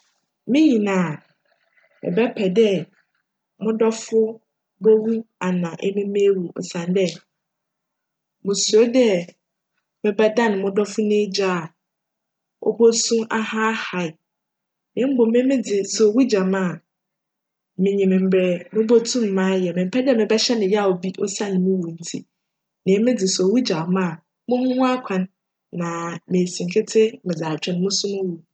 Minyin a, mebjpj dj mo dcfo bowu anaa emi m'ewu osiandj, musuro dj mebjdan mo dcfo no egya a obosu ahaahaa na mbom emi dze sj owu gya me a, minyim mbrj mobotum m'ayj. Memmpj dj mebjhyj no yaw pii osian mo wu ntsi na emi dze owu gya me a, mohu m'akwan na mesi nketse dze atwecn moso mo wu.